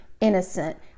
innocent